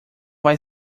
vai